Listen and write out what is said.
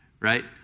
right